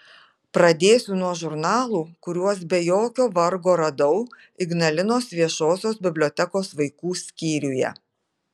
pradėsiu nuo žurnalų kuriuos be jokio vargo radau ignalinos viešosios bibliotekos vaikų skyriuje